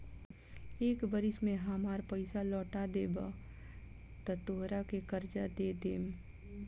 एक बरिस में हामार पइसा लौटा देबऽ त तोहरा के कर्जा दे देम